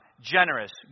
generous